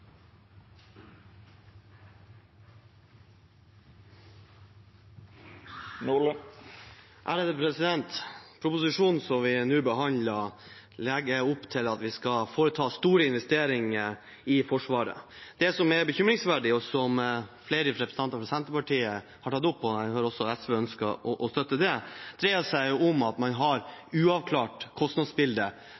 Proposisjonen som vi nå behandler, legger opp til at vi skal foreta store investeringer i Forsvaret. Det som er bekymringsfullt, og som flere representanter fra Senterpartiet har tatt opp – og jeg hører at også SV ønsker å støtte det – dreier seg om at man har